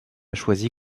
choisit